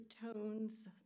tones